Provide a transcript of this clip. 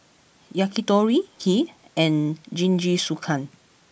Yakitori Kheer and Jingisukan